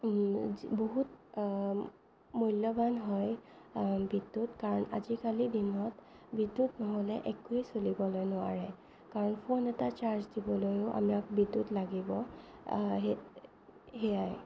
বহুত মূল্যৱান হয় বিদ্যুৎ কাৰণ আজিকালিৰ দিনত বিদ্যুৎ নহ'লে একোৱে চলিবলৈ নোৱাৰে কাৰণ ফোন এটা চাৰ্জ দিবলৈও আমাক বিদ্যুৎ লাগিব সেয়াই